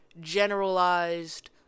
generalized